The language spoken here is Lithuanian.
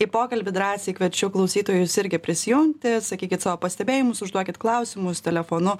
į pokalbį drąsiai kviečiu klausytojus irgi prisijungti sakykit savo pastebėjimus užduokit klausimus telefonu